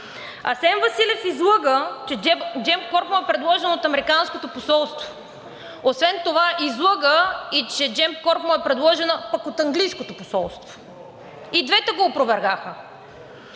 Асен Василев излъга, че Gemcorp му е предложен от американското посолство. Освен това излъга и че Gemcorp му е предложена пък от английското посолство. И двете го опровергаха.